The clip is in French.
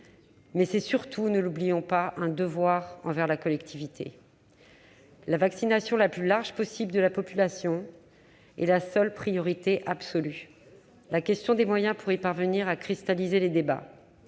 mais constitue surtout, ne l'oublions pas, un devoir envers la collectivité. La vaccination la plus large possible de la population est la seule priorité absolue. La question des moyens pour y parvenir a cristallisé les débats.